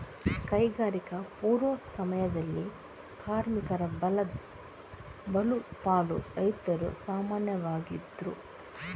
ಕೈಗಾರಿಕಾ ಪೂರ್ವ ಸಮಯದಲ್ಲಿ ಕಾರ್ಮಿಕ ಬಲದ ಬಹು ಪಾಲು ರೈತರು ಸಾಮಾನ್ಯವಾಗಿದ್ರು